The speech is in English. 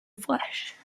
flesh